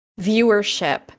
viewership